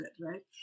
Right